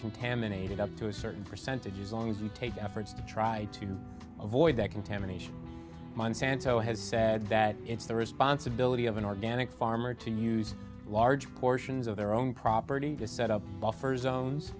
contaminated up to a certain percentage is long as you take efforts to try to avoid that contamination monsanto has said that it's the responsibility of an organic farmer to use large portions of their own property to set up buffer zones